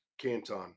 canton